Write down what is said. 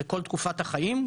לכל תקופת החיים,